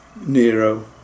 Nero